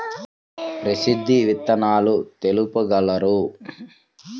ప్రసిద్ధ విత్తనాలు తెలుపగలరు?